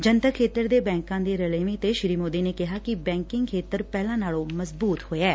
ਜਨਤਕ ਖੇਤਰ ਦੇ ਬੈਂਕਾਂ ਦੇ ਰਲੇਵੇਂ ਤੇ ਸ੍ਰੀ ਮੋਦੀ ਨੇ ਕਿਹਾ ਕਿ ਬੈਕਿੰਗ ਖੇਤਰ ਪਹਿਲਾਂ ਨਾਲੋਂ ਮਜਬੂਡ ਹੋਇਐ